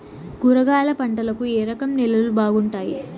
కూరగాయల పంటలకు ఏ రకం నేలలు బాగుంటాయి?